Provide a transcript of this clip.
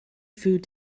food